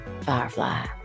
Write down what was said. Firefly